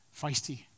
feisty